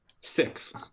Six